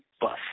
bus